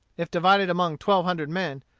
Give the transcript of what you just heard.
if divided among twelve hundred men,